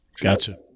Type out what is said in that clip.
gotcha